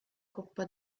coppa